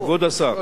כבוד השר,